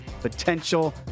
potential